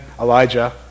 Elijah